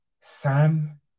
Sam